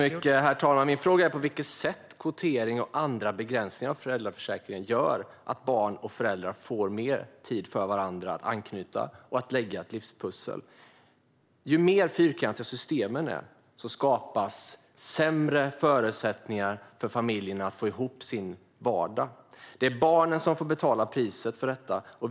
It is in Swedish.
Herr talman! Min fråga är på vilket sätt kvotering och andra begränsningar av föräldraförsäkringen gör att barn och föräldrar får mer tid för varandra att anknyta och lägga livspusslet. Ju mer fyrkantiga systemen är, desto sämre förutsättningar skapas för familjerna att få ihop sin vardag. Det är barnen som får betala priset för detta.